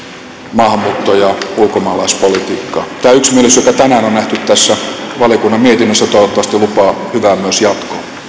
maahanmuutto ja ulkomaalaispolitiikkaa tämä yksimielisyys joka tänään on nähty tässä valiokunnan mietinnössä toivottavasti lupaa hyvää myös